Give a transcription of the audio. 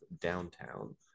downtown